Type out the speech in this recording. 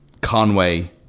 Conway